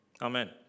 Amen